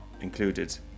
included